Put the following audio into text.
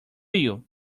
you